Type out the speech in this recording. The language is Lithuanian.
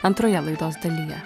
antroje laidos dalyje